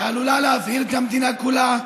שעלולה להבעיר את המדינה כולה.